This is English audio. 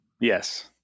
Yes